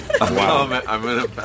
Wow